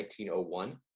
1901